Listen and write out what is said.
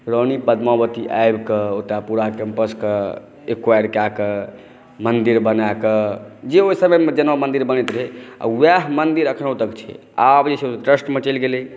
रानी पद्मावती आबिक ओतय पूरा कैम्पसक एकुएर कए कऽ मंदिर बनाके जे ओहि समयमे जेना मंदिर बनैत रहै आ वएह मंदिर अखनहुँ तक छै आब जे छै ट्रस्टमे चलि गेलै